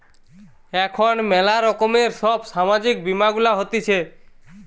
এখন ম্যালা রকমের সব সামাজিক বীমা গুলা হতিছে